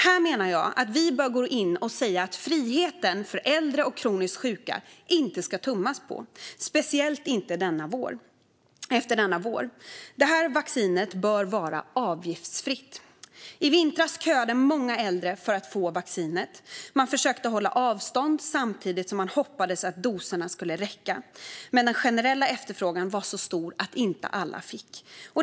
Här menar jag att vi bör gå in och säga att friheten för äldre och kroniskt sjuka inte ska tummas på, speciellt inte efter denna vår. Det här vaccinet bör vara avgiftsfritt. I vintras köade många äldre för att få vaccinet. De försökte hålla avstånd samtidigt som de hoppades att doserna skulle räcka, men den generella efterfrågan var så stor att inte alla fick vaccinet.